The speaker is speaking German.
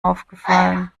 aufgefallen